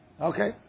Okay